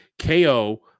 KO